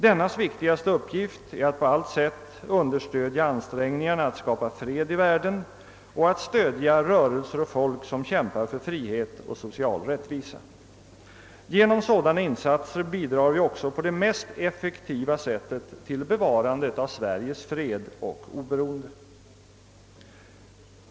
Dennas viktigaste uppgift är att på allt sätt understödja ansträngningarna att skapa fred i världen och att stödja rörelser och folk som kämpar för frihet och social rättvisa. Genom sådana insatser bidrar vi också på det mest effektiva sättet till bevarandet av Sveriges fred och oberoende.